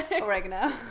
Oregano